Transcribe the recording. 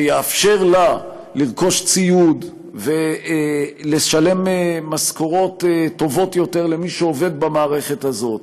שיאפשר לה לרכוש ציוד ולשלם משכורות טובות יותר למי שעובד במערכת הזאת,